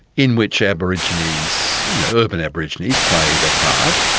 in which aborigines you know urban aborigines played a part.